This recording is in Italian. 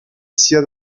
sia